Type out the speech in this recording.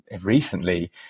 recently